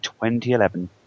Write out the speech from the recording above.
2011